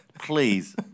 please